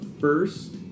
first